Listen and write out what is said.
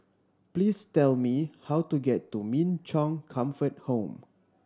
please tell me how to get to Min Chong Comfort Home